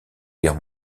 guerre